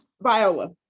Viola